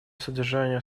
содержания